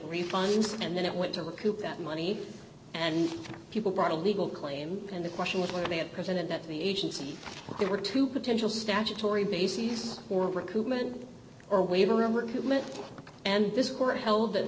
refunds and then it went to recoup that money and people brought a legal claim and the question was whether they had presented that the agency they were to potential statutory bases or recoupment or waiver work and this court held that